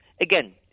again –